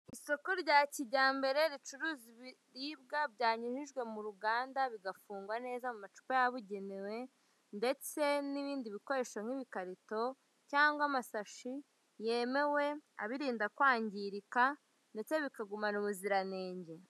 Isoko rya kijyambere ricuruza ibiribwa byanyunjijwe mu ruganda bigafungwa neza mu amacupa yabugenewe, ndetse n'ibindi bikoresho nk'ibikarito cyangwa amashashi yemewe abirinda kwangirika ndetse bikagumana ubuziranenge.